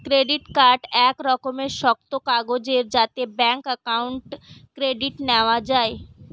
credit card এক রকমের শক্ত কাগজ যাতে ব্যাঙ্ক অ্যাকাউন্ট ক্রেডিট নেওয়া যায়